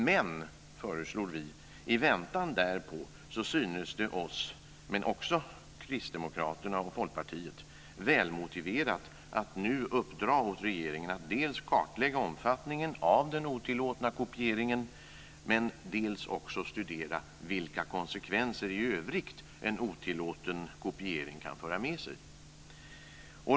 Men i väntan därpå synes det oss, och också Kristdemokraterna och Folkpartiet, välmotiverat att nu uppdra åt regeringen att dels kartlägga omfattningen av den otillåtna kopieringen, dels studera vilka konsekvenser i övrigt en otillåten kopiering kan föra med sig.